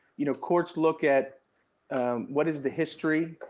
you know, courts look at what is the history,